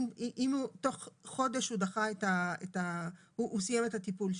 אם בתוך חודש הוא דחה או הוא סיים את הטיפול שלו,